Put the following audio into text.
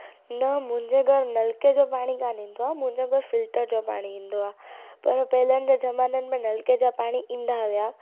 न मुंहिंजे घरु नलके जो पाणी कोन ईंदो आ्हे मुंहिंजे घरु फिल्टर जो पाणी ईंदो आहे पर पहिलनि जे ज़माने में नलके जा पाणी ईंदा हुआ